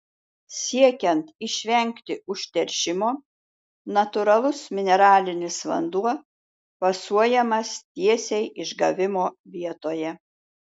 siekiant išvengti užteršimo natūralus mineralinis vanduo fasuojamas tiesiai išgavimo vietoje